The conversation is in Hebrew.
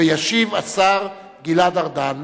וישיב השר גלעד ארדן.